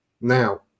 now